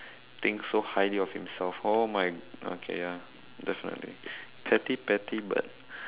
thinks so highly of himself oh my okay ya that's what I mean petty petty but